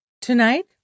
Tonight